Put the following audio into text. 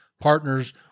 partners